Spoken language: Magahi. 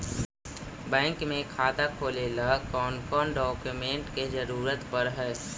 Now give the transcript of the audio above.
बैंक में खाता खोले ल कौन कौन डाउकमेंट के जरूरत पड़ है?